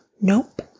Nope